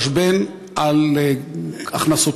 תתחשבן על הכנסותיו,